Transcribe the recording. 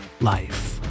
life